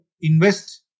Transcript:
invest